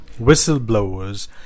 whistleblowers